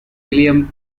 william